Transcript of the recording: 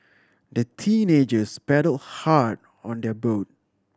the teenagers paddled hard on their boat